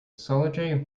solitary